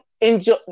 enjoy